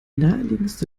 naheliegendste